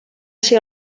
ser